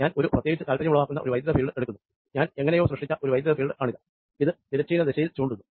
ഇത് എങ്ങിനെയോ സൃഷ്ടിക്കപ്പെട്ട ഒരു ഇലക്ട്രിക്ക് ഫീൽഡ് ആണ് ഇത് ഹൊറിസോണ്ടൽ ദിശയിൽ പോകുന്നു